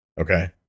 Okay